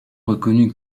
reconnue